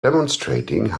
demonstrating